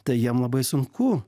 tai jam labai sunku